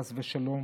חס ושלום,